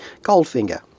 Goldfinger